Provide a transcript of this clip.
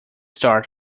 start